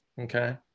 okay